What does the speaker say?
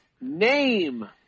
Name